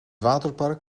waterpark